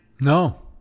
No